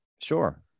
sure